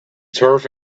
turf